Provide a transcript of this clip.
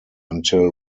until